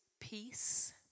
peace